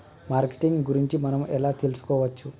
Marketing గురించి మనం ఎలా తెలుసుకోవచ్చు?